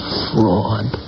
fraud